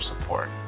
support